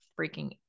freaking